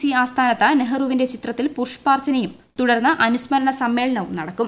C ആസ്ഥാനത്ത് നെഹ്രുവിന്റെ ചിത്രത്തിൽ പുഷ്പാർച്ചനയും തുടർന്ന് അനുസ്മരണ സമ്മേളനവും നടക്കും